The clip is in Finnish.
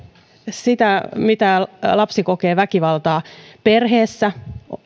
sitä mitä väkivaltaa lapsi kokee perheessä